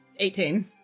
18